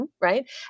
Right